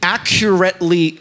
Accurately